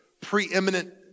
preeminent